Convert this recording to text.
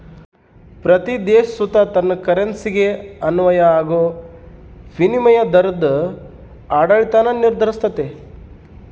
ಪ್ರತೀ ದೇಶ ಸುತ ತನ್ ಕರೆನ್ಸಿಗೆ ಅನ್ವಯ ಆಗೋ ವಿನಿಮಯ ದರುದ್ ಆಡಳಿತಾನ ನಿರ್ಧರಿಸ್ತತೆ